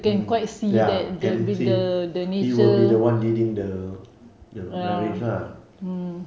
mm ya can see he will be the one leading the the marriage lah